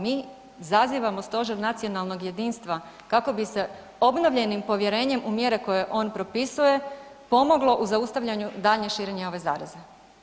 Mi zazivamo stožer nacionalnog jedinstva kako bi se obnovljenim povjerenjem u mjere koje on propisuje pomoglo u zaustavljanju daljnje širenja ove zaraze.